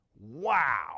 wow